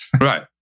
Right